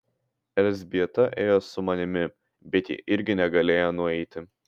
elzbieta ėjo su manimi bet ji irgi negalėjo nueiti